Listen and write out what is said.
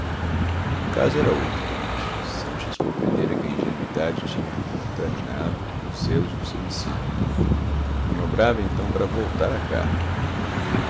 o caso era outro sanches compreendera que a ingenuidade tinha contraminado os zelos do seu ensino manobrava então para voltar à carga